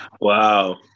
Wow